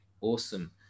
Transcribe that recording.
awesome